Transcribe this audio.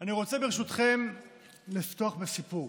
אני רוצה ברשותכם לפתוח בסיפור,